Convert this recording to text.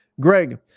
greg